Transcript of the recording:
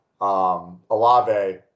Alave